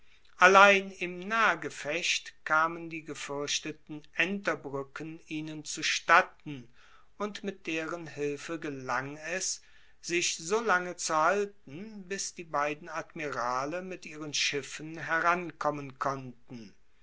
allein im nahgefecht kamen die gefuerchteten enterbruecken ihnen zustatten und mit deren hilfe gelang es sich so lange zu halten bis die beiden admirale mit ihren schiffen herankommen konnten